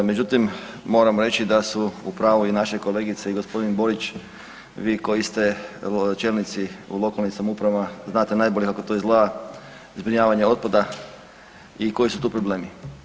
Međutim, moram reći da su u pravu i naše kolegice i g. Borić, vi koji ste čelnici u lokalnim samoupravama, znate najbolje kako to izgleda, zbrinjavanje otpada i koji su tu problemi.